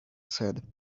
said